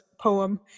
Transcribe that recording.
poem